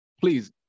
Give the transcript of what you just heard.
please